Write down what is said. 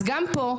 אז גם פה,